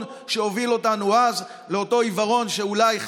שהוביל אותנו אז לאותו עיוורון שאולי,